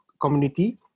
community